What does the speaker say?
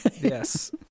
Yes